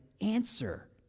answer